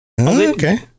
okay